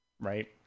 Right